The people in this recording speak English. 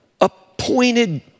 appointed